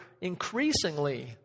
increasingly